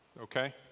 Okay